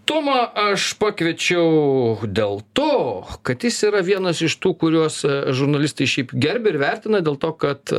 tomą aš pakviečiau dėl to kad jis yra vienas iš tų kuriuos žurnalistai šiaip gerbia ir vertina dėl to kad